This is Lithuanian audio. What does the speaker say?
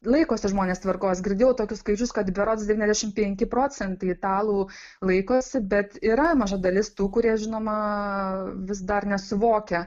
laikosi žmonės tvarkos girdėjau tokius skaičius kad berods devyniasdešimt penki procentai italų laikosi bet yra maža dalis tų kurie žinoma vis dar nesuvokia